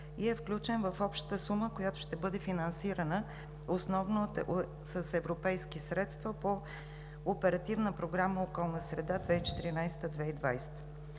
и е включен в общата сума, която ще бъде финансирана основно с европейски средства по Оперативна